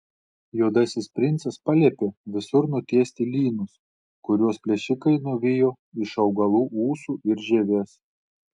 juodasis princas paliepė visur nutiesti lynus kuriuos plėšikai nuvijo iš augalų ūsų ir žievės